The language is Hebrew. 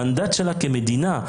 המנדט שלה כמדינה,